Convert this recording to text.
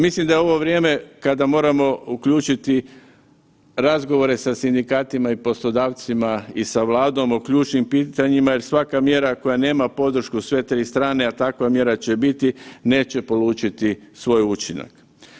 Mislim da je ovo vrijeme kada moramo uključiti razgovore sa sindikatima i poslodavcima i sa Vladom o ključnim pitanjima jer svaka mjera koja nema podršku sve tri strane, a takva mjera će biti neće polučiti svoj učinak.